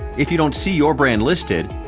if you don't see your brand listed,